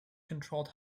controlled